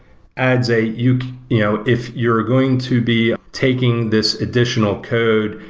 adds a you know if you're going to be taking this additional code,